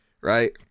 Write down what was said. right